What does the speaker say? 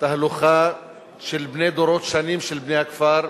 תהלוכה של בני דורות שונים של בני הכפר,